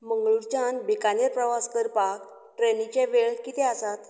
मंगळूरच्यान बिकानेर प्रवास करपाक ट्रेनीचे वेळ कितें आसात